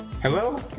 Hello